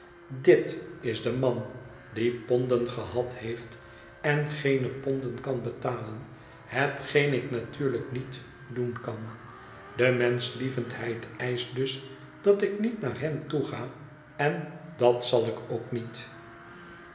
dit is de man die ponden gehad heeft en geene ponden kan betalen hetgeen ik natuurlijk niet doen kan de menschlievendheid eischt dus dat ik niet naar hen toe ga en dat zal ik ook niet